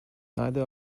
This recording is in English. neither